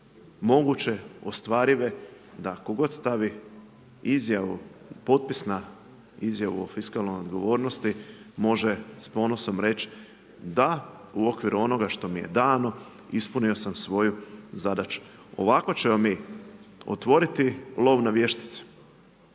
moguće, ostvarive, da tko god stavi izjavu, potpis na izjavu o fiskalnoj odgovornosti, može s ponosom reći, da u okviru onoga što mi je dano, ispunio sam svoju zadaću. Ovako ćemo mi otvoriti lov na vještice,